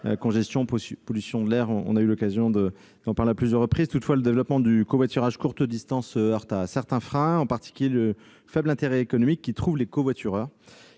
congestion ou la pollution de l'air- nous avons eu l'occasion d'en parler à plusieurs reprises. Toutefois, le développement du covoiturage de courte distance se heurte à certains obstacles, en particulier le faible intérêt économique qu'y trouvent les covoitureurs,